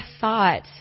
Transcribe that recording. thought